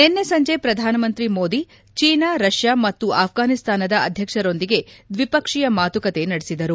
ನಿನ್ನೆ ಸಂಜೆ ಪ್ರಧಾನ ಮಂತ್ರಿ ಮೋದಿ ಅವರು ಚೀನಾ ರಷ್ಯಾ ಮತ್ತು ಆಫ್ರಾನಿಸ್ತಾನದ ಅಧ್ಯಕ್ಷರೊಂದಿಗೆ ದ್ವಿಪಕ್ಷೀಯ ಮಾತುಕತೆ ನಡೆಸಿದರು